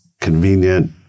convenient